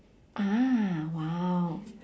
ah !wow!